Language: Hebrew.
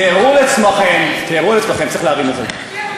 תארו לעצמכם, תארו לעצמכם, צריך להרים את זה,